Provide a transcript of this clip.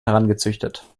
herangezüchtet